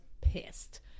pissed